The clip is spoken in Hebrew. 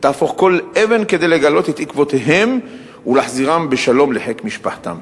ותהפוך כל אבן כדי לגלות את עקבותיהם ולהחזירם בשלום לחיק משפחתם.